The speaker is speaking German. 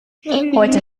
heute